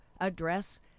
address